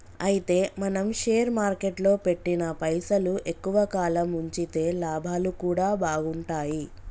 అయితే మనం షేర్ మార్కెట్లో పెట్టిన పైసలు ఎక్కువ కాలం ఉంచితే లాభాలు కూడా బాగుంటాయి